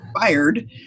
fired